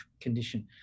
condition